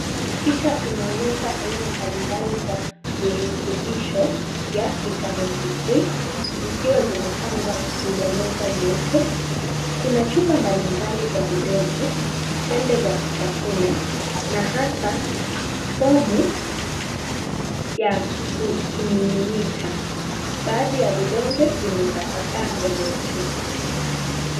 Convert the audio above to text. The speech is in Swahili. Picha inaonyesha aina mbalimbali za virutubisho vya vitamini D3 zikiwa zimepangwa juu ya meza nyeupe. Kuna chupa mbalimbali za vidonge tembe za kutavuna na hata fomu ya kijimiminika baadhi ya vidonge vimetaka paa mbele ya chupa.